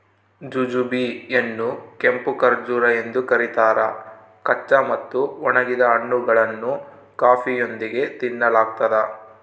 jujube ಯನ್ನುಕೆಂಪು ಖರ್ಜೂರ ಎಂದು ಕರೀತಾರ ಕಚ್ಚಾ ಮತ್ತು ಒಣಗಿದ ಹಣ್ಣುಗಳನ್ನು ಕಾಫಿಯೊಂದಿಗೆ ತಿನ್ನಲಾಗ್ತದ